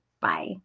Bye